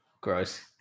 gross